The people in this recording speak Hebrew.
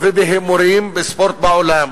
ובהימורים בספורט בעולם.